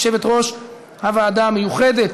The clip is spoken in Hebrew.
יושבת-ראש הוועדה המיוחדת,